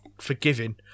forgiving